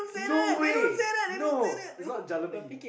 no way no it's not jalebi